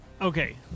okay